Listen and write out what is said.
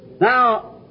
Now